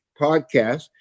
podcast